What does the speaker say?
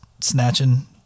snatching